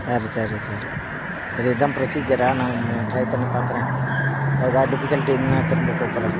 சரி சரி சரி சரி இதான் ப்ரொசீஜராக நான் ம்மு ட்ரைப் பண்ணி பார்க்கறேன் இப்போ எதா டிஃபிகல்ட்டி இருந்ததுன்னா திரும்ப கூப்பிட்றேன்